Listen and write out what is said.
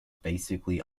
basically